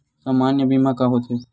सामान्य बीमा का होथे?